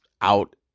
out